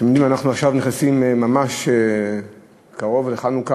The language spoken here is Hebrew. אתם יודעים, אנחנו עכשיו ממש נכנסים לחנוכה,